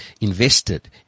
invested